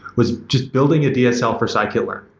was just building a dsl for scikit-learn,